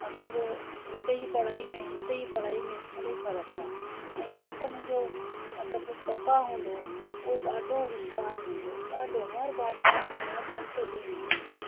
मतलबु हुते जी पढ़ाईअ में हिते जी पढ़ाईअ में इलाही फ़र्क़ु आहे ऐं जेको मुंहिंजो मतलबु पप्पा हूंदो उहो ॾाढो होशियार हूंदो ॾाढो हर भाषा हुनखे हर मुल्क जी ईंदी हुई